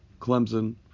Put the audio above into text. Clemson